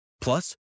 Plus